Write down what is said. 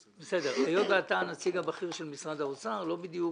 היות שאתה הנציג הבכיר של משרד האוצר, לא בדיוק